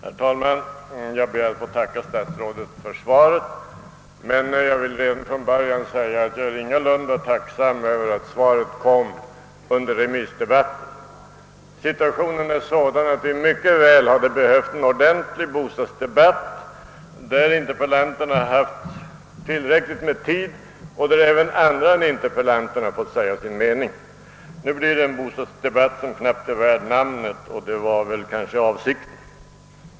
Herr talman! Jag ber att få tacka statsrådet för svaret. Men jag vill redan från början säga att jag ingalunda är tacksam över att svaret lämnades under remissdebatten. Situationen är sådan att vi mycket väl hade behövt en ordentlig bostadsdebatt, där interpel lanterna haft tillräckligt med tid och där även andra än interpellanterna hade fått säga sin mening. Nu blir det en bostadsdebatt som knappt är värd namnet, och det kanske var avsikten.